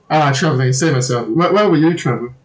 ah travel same as well where where would you travel